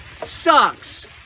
Sucks